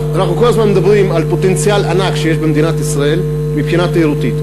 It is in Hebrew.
אנחנו כל הזמן מדברים על פוטנציאל ענק של מדינת ישראל מבחינה תיירותית.